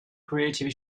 creative